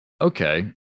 okay